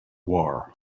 war